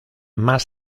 más